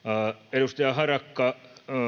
edustaja harakka